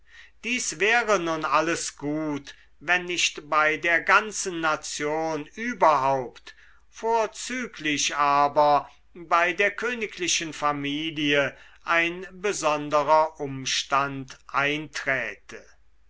dies wäre nun alles gut wenn nicht bei der ganzen nation überhaupt vorzüglich aber bei der königlichen familie ein besonderer umstand einträte